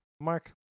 Mark